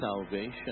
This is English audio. salvation